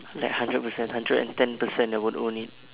like hundred percent hundred and ten percent I would own it